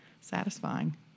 satisfying